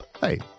Hey